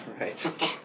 right